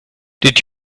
did